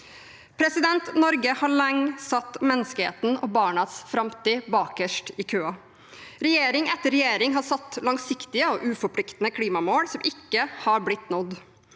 last.» Norge har lenge satt menneskeheten og barnas framtid bakerst i køen. Regjering etter regjering har satt langsiktige og uforpliktende klimamål som ikke har blitt nådd.